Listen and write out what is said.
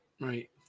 right